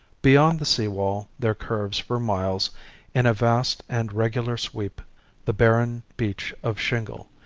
beyond the sea-wall there curves for miles in a vast and regular sweep the barren beach of shingle,